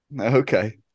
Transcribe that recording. Okay